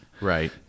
Right